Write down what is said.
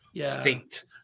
state